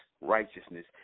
righteousness